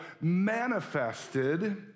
manifested